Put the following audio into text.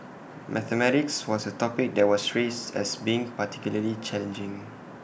mathematics was A topic that was raised as being particularly challenging